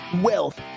wealth